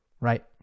right